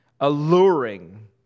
alluring